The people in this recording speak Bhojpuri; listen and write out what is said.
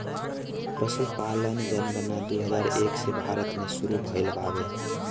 पसुपालन जनगणना दू हजार एक से भारत मे सुरु भइल बावे